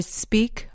speak